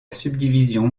subdivision